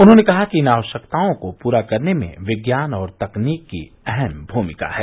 उन्होंने कहा कि इन आवश्यकताओं को पूरा करने में विज्ञान और तकनीक की अहम भूमिका है